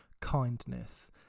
kindness